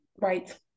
Right